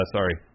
Sorry